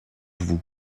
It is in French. vous